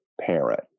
parent